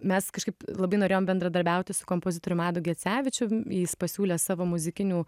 mes kažkaip labai norėjom bendradarbiauti su kompozitorium adu gecevičiu jis pasiūlė savo muzikinių